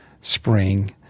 spring